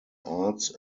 arts